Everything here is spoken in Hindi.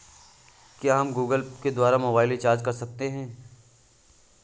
क्या हम गूगल पे द्वारा मोबाइल रिचार्ज कर सकते हैं?